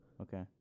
Okay